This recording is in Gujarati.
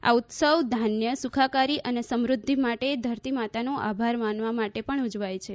આ ઉત્સવ ધાન્ય સુખાકારી અને સમૃદ્ધિ માટે ધરતીમાતાનો આભાર માનવા માટે પણ ઉજવાય છે